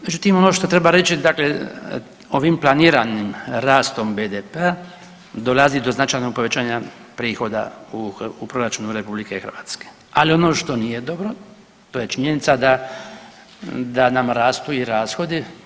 Međutim, ono što treba reći dakle ovim planiranim rastom BDP-a dolazi do značajnog povećanja prihoda u proračunu RH, ali ono što nije dobro to je činjenica da, da nam rastu i rashodi.